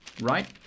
right